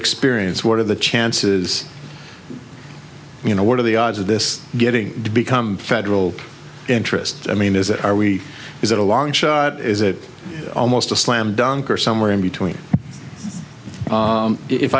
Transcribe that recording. experience what are the chances you know what are the odds of this getting become federal interest i mean is it are we is it a long shot is it almost a slam dunk or somewhere in between